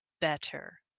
better